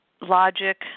logic